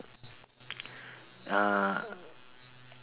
uh